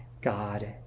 God